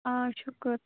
آ شُکُر